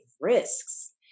risks